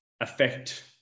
affect